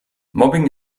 mobbing